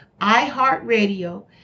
iHeartRadio